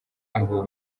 abo